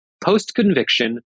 post-conviction